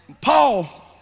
Paul